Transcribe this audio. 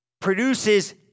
produces